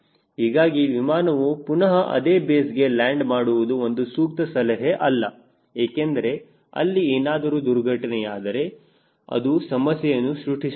ಹೀಗಾಗಿ ವಿಮಾನವು ಪುನಹ ಅದೇ ಬೇಸ್ಗೆ ಲ್ಯಾಂಡ್ ಮಾಡುವುದು ಒಂದು ಸೂಕ್ತ ಸಲಹೆ ಅಲ್ಲ ಏಕೆಂದರೆ ಅಲ್ಲಿ ಏನಾದರೂ ದುರ್ಘಟನೆಯಾದರೆ ಅದು ಸಮಸ್ಯೆಯನ್ನು ಸೃಷ್ಟಿಸುತ್ತದೆ